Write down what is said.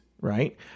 right